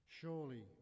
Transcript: Surely